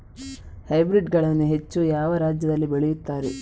Hybrid ಗಳನ್ನು ಹೆಚ್ಚು ಯಾವ ರಾಜ್ಯದಲ್ಲಿ ಬೆಳೆಯುತ್ತಾರೆ?